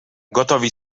gotowi